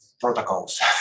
protocols